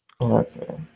Okay